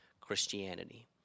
Christianity